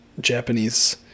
Japanese